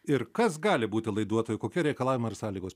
ir kas gali būti laiduotoju kokie reikalavimai ir sąlygos